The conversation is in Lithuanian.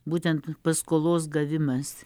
būtent paskolos gavimas